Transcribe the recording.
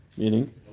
Meaning